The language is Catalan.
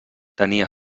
tenia